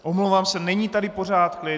Omlouvám se, není tady pořád klid.